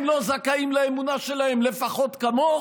הם לא זכאים לאמונה שלהם לפחות כמוך?